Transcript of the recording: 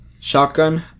shotgun